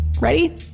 Ready